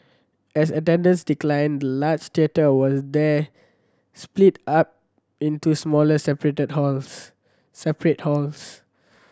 as attendance declined the large theatre was then split up into smaller separate halls